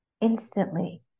instantly